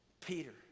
Peter